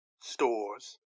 stores